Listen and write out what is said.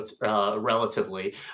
relatively